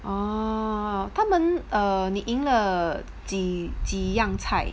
oh 他们 err 你赢了几几样菜